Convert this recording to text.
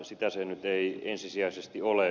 sitä se nyt ei ensisijaisesti ole